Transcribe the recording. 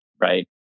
right